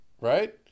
Right